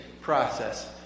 process